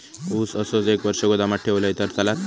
ऊस असोच एक वर्ष गोदामात ठेवलंय तर चालात?